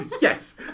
Yes